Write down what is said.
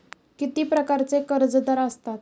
किती प्रकारचे कर्जदार असतात